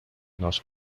nos